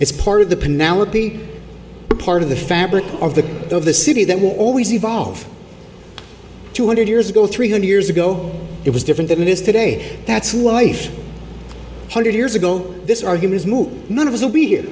it's part of the penelope part of the fabric of the of the city that will always evolve two hundred years ago three hundred years ago it was different than it is today that's wife hundred years ago this argument is moot none of us will be here